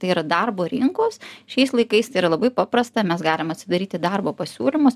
tai yra darbo rinkos šiais laikais tai yra labai paprasta mes galim atsidaryti darbo pasiūlymus